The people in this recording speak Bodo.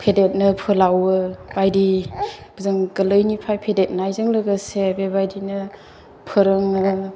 फेदेरनो फोलावङो बायदि जों गोरलैनिफ्राय फेदेरनायजों लोगोसे बेबायदिनो फोरोङो